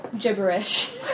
gibberish